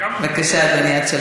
חבר הכנסת אורי מקלב, בבקשה.